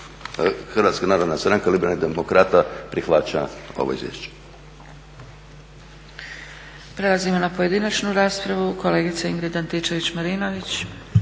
Hrvatska narodna stranka liberalnih demokrata prihvaća ovo izvješće. **Zgrebec, Dragica (SDP)** Prelazimo na pojedinačnu raspravu. Kolegica Ingrid Antičević-Marinović.